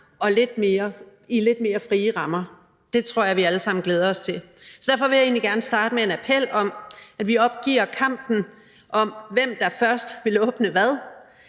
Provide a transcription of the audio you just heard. i lidt mere frie rammer; det tror jeg vi alle sammen glæder os til. Derfor vil jeg egentlig gerne starte med en appel om, at vi opgiver kampen om, hvem der først vil åbne hvad.